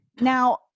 Now